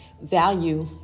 value